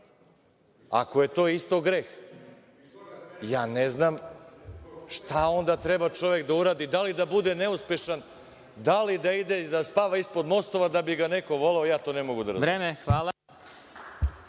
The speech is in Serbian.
Ako je to isto greh, ja ne znam šta onda treba čovek da uradi, da li da bude neuspešan, da li da ide i da spava ispod mostova, da bi ga neko voleo? Ja to ne mogu da razumem.